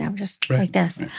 um just like this.